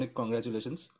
congratulations